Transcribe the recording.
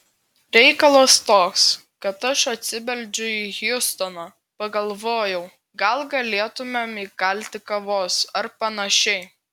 reikalas toks kad aš atsibeldžiu į hjustoną pagalvojau gal galėtumėme įkalti kavos ar panašiai